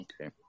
Okay